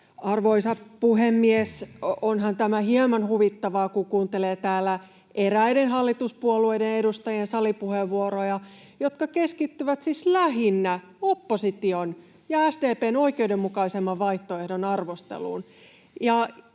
Arvoisa puhemies! Onhan tämä hieman huvittavaa, kun kuuntelee täällä eräiden hallituspuolueiden edustajien salipuheenvuoroja, jotka keskittyvät siis lähinnä opposition ja SDP:n oikeudenmukaisemman vaihtoehdon arvosteluun